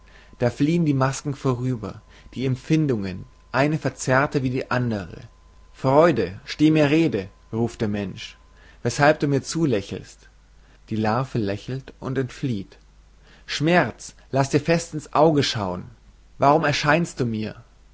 da fliehen die masken vorüber die empfindungen eine verzerrter wie die andere freude steh mir rede ruft der mensch weshalb du mir zulächelst die larve lächelt und entflieht schmerz laß dir fest ins auge schauen warum erscheinst du mir